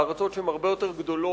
בארצות שהן הרבה יותר גדולות,